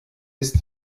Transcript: ist